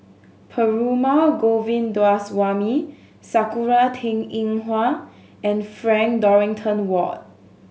Perumal Govindaswamy Sakura Teng Ying Hua and Frank Dorrington Ward